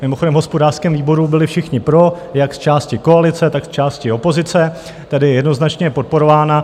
Mimochodem, v hospodářském výboru byli všichni pro, jak z části koalice, tak z části opozice, tedy jednoznačně je podporována.